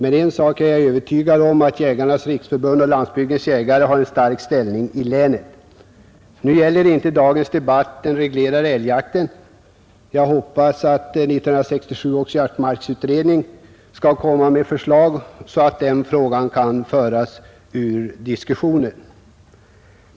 En sak är jag övertygad om, nämligen att Jägarnas riksförbund—Landsbygdens jägare har en stark ställning i länet. Nu gäller inte dagens debatt den reglerade älgjakten. Jag hoppas att 1967 års jaktmarksutredning skall komma med förslag så att den frågan kan föras ut ur diskussionen.